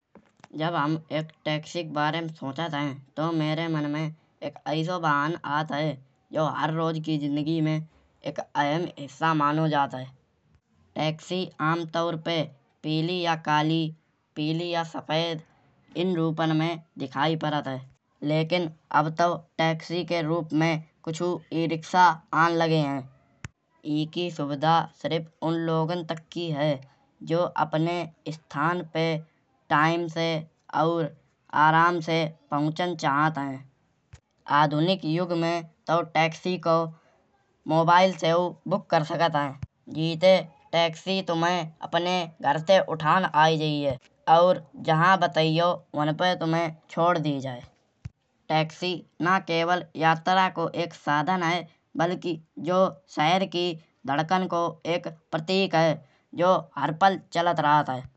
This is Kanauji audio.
जब हम एक टैक्सी के बारे में सोचत हैं। तउ मेरे मन में एक ऐसों वाहन आत हैं। जौं हर रोज की जिंदगी में एक अहम हिस्सा मानो जात हैं। टैक्सी आम तौर पे पीली या काली पीली या सफेद इन रूपन में दिखाई परत हैं। लेकिन अब तउ टैक्सी के रूप में कुछु ई रिक्शॉ आन लगे हैं। ईकी सुविधा सिरफ उन्ं लोगन तक की है। जौं अपने इस्थान पे टाइम से और आराम से पहुँच चहत हैं। आधुनिक युग में तउ टैक्सी को मोबाइल सेऊ बुक कर सकत हैं। जेते टैक्सी तुमहे अपने घर से उत्तरान आये जाइये। और जहाँ बतायो वहाँ पे तुमहे छोड़ दीजे। टैक्सी ना केवल यात्रा को एक साधन है बल्कि यह शहर की धड़कन को एक प्रतीक है। जौं आर पल चलते रहत हैं।